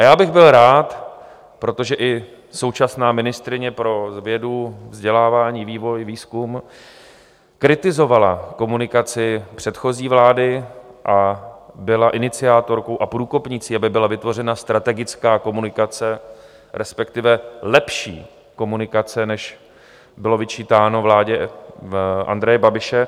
Já bych byl rád, protože i současná ministryně pro vědu, vzdělávání, vývoj a výzkum kritizovala komunikaci předchozí vlády a byla iniciátorkou a průkopnicí, aby byla vytvořena strategická komunikace, respektive lepší komunikace, než bylo vyčítáno vládě Andreje Babiše.